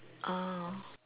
ah